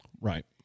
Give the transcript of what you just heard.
Right